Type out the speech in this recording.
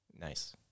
Nice